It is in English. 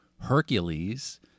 Hercules